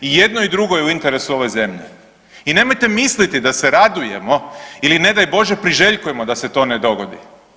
I jedno i drugo je u interesu ove zemlje i nemojte misliti da se radujemo ili ne daj Bože priželjkujemo da se to ne dogodi.